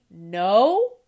no